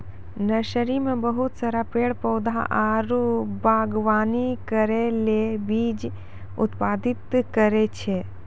nursery मे बहुत सारा पेड़ पौधा आरु वागवानी करै ले बीज उत्पादित करै छै